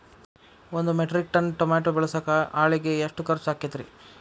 ಒಂದು metric ton tomato ಬೆಳಸಾಕ್ ಆಳಿಗೆ ಎಷ್ಟು ಖರ್ಚ್ ಆಕ್ಕೇತ್ರಿ?